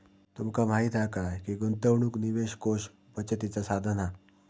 तुमका माहीत हा काय की गुंतवणूक निवेश कोष बचतीचा साधन हा